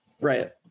right